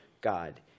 God